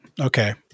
Okay